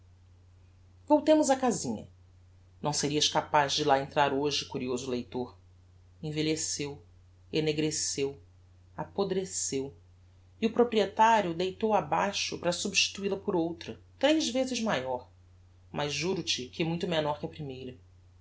placida voltemos á casinha não serias capaz de lá entrar hoje curioso leitor envelheceu ennegreceu apodreceu e o proprietario deitou-a abaixo para substituil a por outra tres vezes maior mas juro-te que muito menor que a primeira